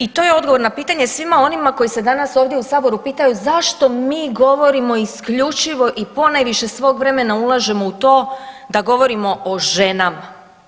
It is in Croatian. I to je odgovor na pitanje svima onima koji se danas ovdje u saboru pitaju zašto mi govorimo isključivo i ponajviše svog vremena ulažemo u to da govorimo o ženama.